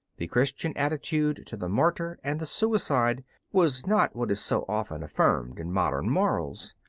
the christian attitude to the martyr and the suicide was not what is so often affirmed in modern morals.